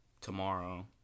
tomorrow